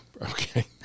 Okay